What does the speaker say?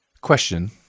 question